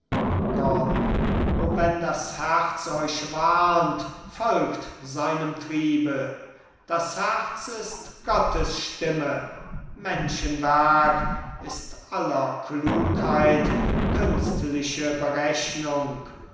gordon o wenn das herz euch warnt folgt seinem triebe das herz ist gottes stimme menschenwerk ist aller klugheit künstliche berechnung